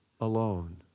alone